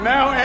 Now